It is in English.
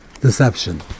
deception